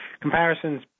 comparisons